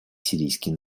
сирийский